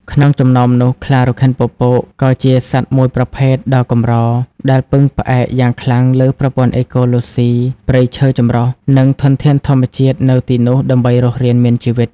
ក្នុងចំណោមនោះ ខ្លារខិនពពក ក៏ជាសត្វមួយប្រភេទដ៏កម្រដែលពឹងផ្អែកយ៉ាងខ្លាំងលើប្រព័ន្ធអេកូឡូស៊ីព្រៃឈើចម្រុះ និងធនធានធម្មជាតិនៅទីនោះដើម្បីរស់រានមានជីវិត។